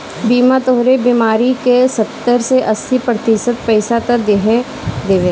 बीमा तोहरे बीमारी क सत्तर से अस्सी प्रतिशत पइसा त देहिए देवेला